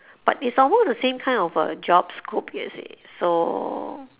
but it's almost the same kind of uh job scope you see so